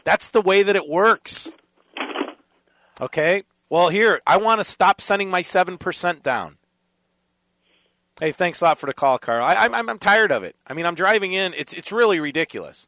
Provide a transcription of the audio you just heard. that's the way that it works ok well here i want to stop sending my seven percent down thanks a lot for the call car i'm tired of it i mean i'm driving in it's really ridiculous